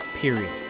period